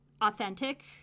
authentic